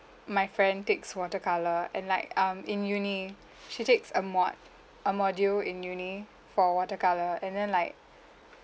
my friend takes watercolour and like um in uni she takes a mod~ a module in uni for watercolour and then like